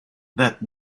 that